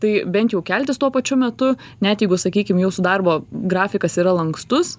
tai bent jau keltis tuo pačiu metu net jeigu sakykim jūsų darbo grafikas yra lankstus